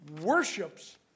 worships